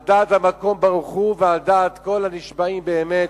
על דעת המקום ברוך הוא ועל דעת כל הנשבעים באמת,